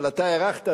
אבל אתה הארכת,